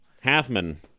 Halfman